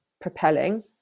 propelling